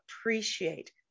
appreciate